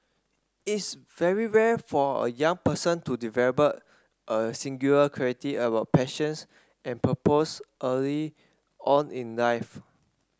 it's very rare for a young person to develop a singular clarity about passions and purpose early on in life